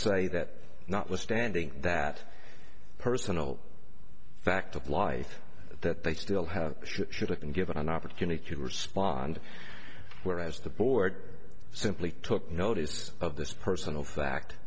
say that notwithstanding that personal fact of life that they still have should have been given an opportunity to respond whereas the board simply took notice of this personal fact